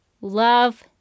Love